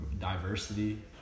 diversity